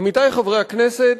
עמיתי חברי הכנסת,